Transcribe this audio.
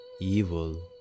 Evil